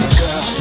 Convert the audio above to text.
girl